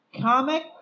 Comic